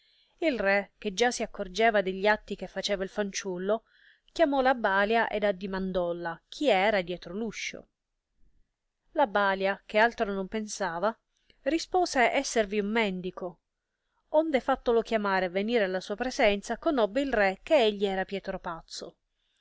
il re che già si accorgeva de gli atti che faceva il fanciullo chiamò la balia ed addimandolla chi era dietro uscio la balia che altro non pensava rispose esservi un mendico onde fattolo chiamare e venire alla sua presenza conobbe il re che egli era pietro pazzo